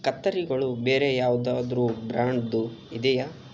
ಕತ್ತರಿಗಳು ಬೇರೆ ಯಾವುದಾದ್ರೂ ಬ್ರ್ಯಾಂಡ್ದು ಇದೆಯಾ